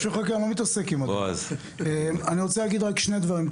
אני רוצה להגיד רק שני דברים,